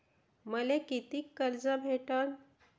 मले कितीक कर्ज भेटन?